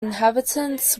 inhabitants